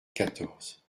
quatorze